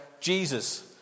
Jesus